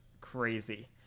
crazy